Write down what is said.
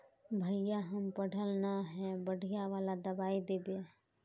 भैया हम पढ़ल न है बढ़िया वाला दबाइ देबे?